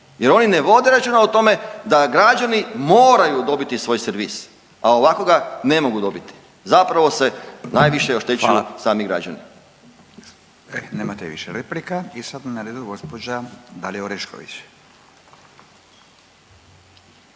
jer oni ne vode računa o tome da građani moraju dobiti svoj servis, a ovako ga ne mogu dobiti, zapravo se najviše oštećuju sami građani.